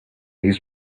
his